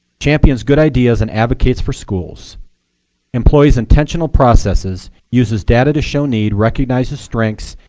champions good ideas and advocates for schools employs intentional processes, uses data to show need, recognizes strengths,